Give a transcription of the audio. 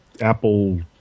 Apple